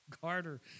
Carter